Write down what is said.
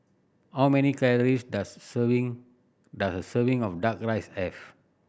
how many calories does serving does a serving of Duck Rice have